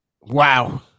wow